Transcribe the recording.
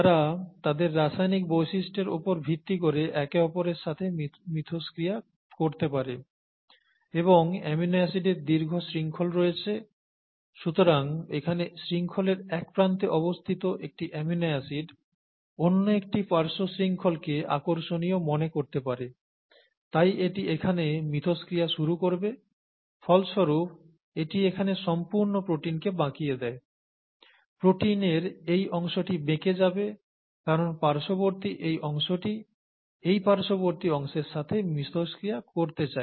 তারা তাদের রাসায়নিক বৈশিষ্ট্যের উপর ভিত্তি করে একে অপরের সাথে মিথস্ক্রিয়া করতে পারে এবং অ্যামিনো অ্যাসিডের দীর্ঘ শৃংখল রয়েছে সুতরাং এখানে শৃংখলের এক প্রান্তে অবস্থিত একটি অ্যামিনো অ্যাসিড অন্য একটি পার্শ্ব শৃংখলকে আকর্ষণীয় মনে করতে পারে তাই এটি এখানে মিথস্ক্রিয়া শুরু করবে ফলস্বরূপ এটি এখানে সম্পূর্ণ প্রোটিনকে বাঁকিয়ে দেয় প্রোটিনের এই অংশটি বেঁকে যাবে কারণ পার্শ্ববর্তী এই অংশটি এই পার্শ্ববর্তী অংশের সাথে মিথস্ক্রিয়া করতে চায়